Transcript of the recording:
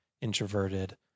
introverted